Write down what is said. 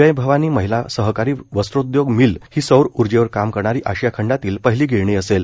जय भवानी महिला सहकारी वस्त्रोद्योग मिल ही सौरऊर्जेवर काम करणारी आशिया खंडातील पहिली गिरणी असेल